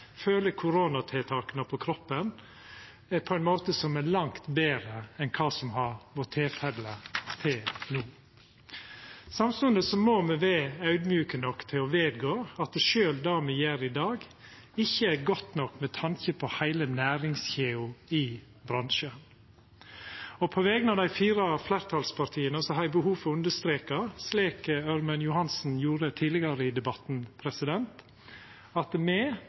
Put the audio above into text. føler koronatiltaka på kroppen, på ein måte som er langt betre enn kva som har vore tilfellet til no. Samstundes må me vera audmjuke nok til å vedgå at sjølv det me gjer i dag, ikkje er godt nok med tanke på heile næringskjeda i bransjen. På vegner av dei fire fleirtalspartia har eg behov for å understreka, slik Ørmen Johnsen gjorde tidlegare i debatten, at me